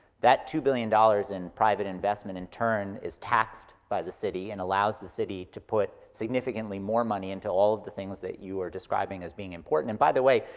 that two billion dollars in private investment, in turn, is taxed by the city and allows the city to put significantly more money into all of the things that you are describing as being important. and by the way,